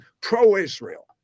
pro-Israel